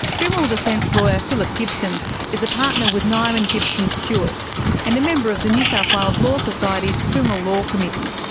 criminal defence lawyer philip gibson is a partner with nyman gibson stewart and a member of the new south wales law society's criminal law committee.